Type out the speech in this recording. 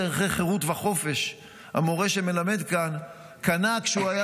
אילו ערכי חירות וחופש המורה שמלמד כאן קנה כשהוא היה